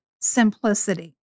simplicity